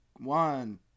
One